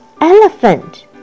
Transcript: elephant